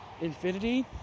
Infinity